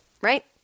right